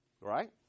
Right